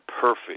perfect